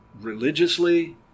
religiously